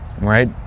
right